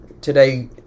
today